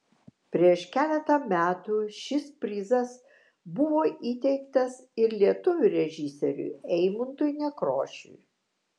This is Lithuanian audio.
prieš keletą metų šis prizas buvo įteiktas ir lietuvių režisieriui eimuntui nekrošiui